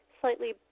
slightly